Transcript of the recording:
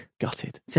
Gutted